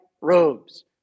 robes